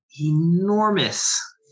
enormous